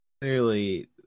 clearly